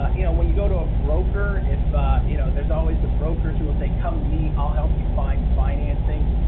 ah you know when you go to a broker if you know there's always the brokers who if they come to me i'll help you find financing.